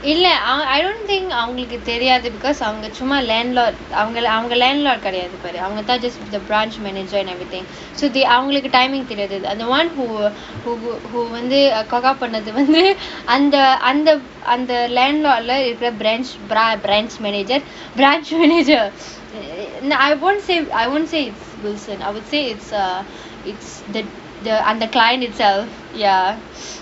இல்ல அவ:illa ava I don't think அவங்களுக்கு தெரியாது:avangalukku theriyaathu because அவங்க சும்மா:avanga summa landlord அவங்க அவங்க:avanga avanga landlord கெடயாது பாரு அவங்க தான்:kedayaaathu paaru avanga thaan just branch manager and everything so they அவங்களுக்கு:avangalukku timing தெரியாது அந்த:theriyaathu antha won't pu~ pu~ வந்து:vanthu coca பண்ணது வந்து அந்த அந்த அந்த:pannathu vanthu antha antha antha landlord lah இருக்குற:irukkura branch bra~ branch manager branch manager say I won't say wilson I would say its err I'm the client itself